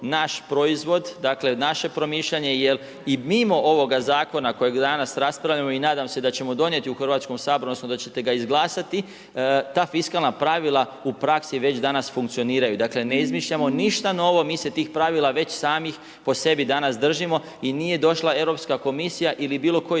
naš proizvod, dakle naše promišljanje, jer i mimo ovoga zakona, kojeg danas raspravljamo i nadam se da ćemo donijeti u Hrvatskom saboru odnosno da ćete ga izglasati, ta fiskalna pravila u praksi već danas funkcioniraju, dakle ne izmišljamo ništa novo, mi se tih pravila već samih po sebi danas držimo i nije došla Europska komisija ili bilo koji